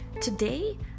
today